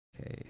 okay